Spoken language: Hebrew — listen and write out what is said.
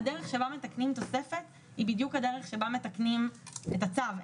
הדרך שבה מתקנים תוספת היא בדיוק הדרך שבה מתקנים את הצו,